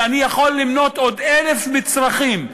ואני יכול למנות עוד אלף מצרכים.